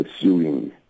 suing